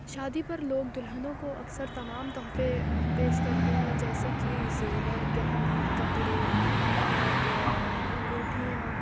شادی پر لوگ دُلہنوں کو اکثر تمام تحفے پیش کرتے ہیں جیسے کہ زیور گہنے کپڑے اور انگوٹھیاں